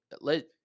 let